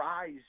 rise